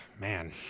man